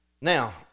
Now